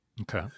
Okay